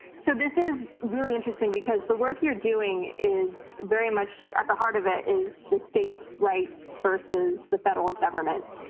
so this is really interesting, because the work you're doing, very much at the heart of it is the state's rights versus the federal government.